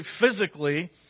physically